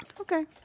Okay